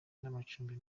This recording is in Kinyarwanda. n’amacumbi